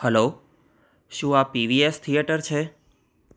hello શું આ PVS theatre છે